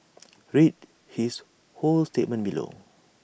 read his whole statement below